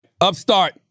Upstart